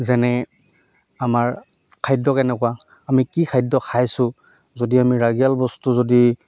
যেনে আমাৰ খাদ্য কেনেকুৱা আমি কি খাদ্য খাইছোঁ যদি আমি ৰাগীয়াল বস্তু যদি